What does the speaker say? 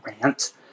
rant